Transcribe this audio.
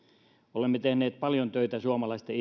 olemme tehneet paljon töitä suomalaisten